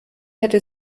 hätte